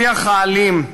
השיח האלים,